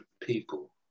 people